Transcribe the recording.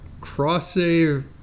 cross-save